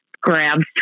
Grabs